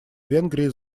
венгрии